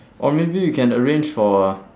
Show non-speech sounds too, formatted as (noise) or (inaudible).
(breath) or maybe you can arrange for a